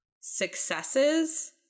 successes